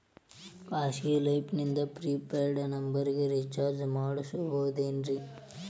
ಖಾಸಗಿ ಆ್ಯಪ್ ನಿಂದ prepaid ನಂಬರಿಗ ರೇಚಾರ್ಜ್ ಮಾಡಬಹುದೇನ್ರಿ?